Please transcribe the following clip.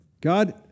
God